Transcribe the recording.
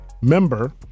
member